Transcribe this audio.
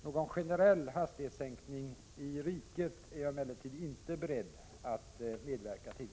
Någon generell hastighetssänkning i riket är jag emellertid inte beredd att medverka till.